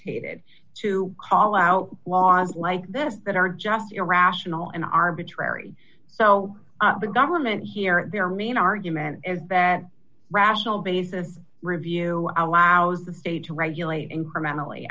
ated to call out laws like this that are just irrational an arbitrary so the government here their main argument is that rational basis review allows the state to regulate incrementally